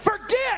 Forget